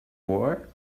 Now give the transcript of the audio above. war